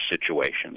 situations